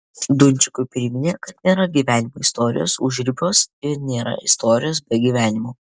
dunčikui priminė kad nėra gyvenimo istorijos užribiuos ir nėra istorijos be gyvenimo